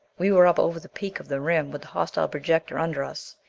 we were up over the peak of the rim with the hostile projectors under us.